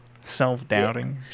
Self-doubting